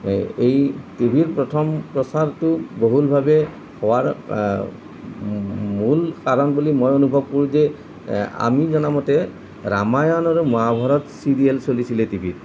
এই টিভিৰ প্ৰথম প্ৰচাৰটো বহুলভাৱে হোৱাৰ মূল কাৰণ বুলি মই অনুভৱ কৰোঁ যে আমি জনা মতে ৰামায়ণ আৰু মহাভাৰত চিৰিয়েল চলিছিলে টিভিত